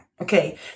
Okay